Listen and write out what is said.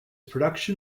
production